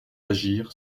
agir